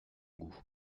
goût